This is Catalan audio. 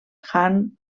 han